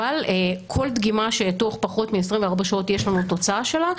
אבל כל דגימה שתוך פחות מ-24 שעות יש לנו תוצאה שלה,